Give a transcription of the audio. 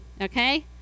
okay